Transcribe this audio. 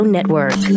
Network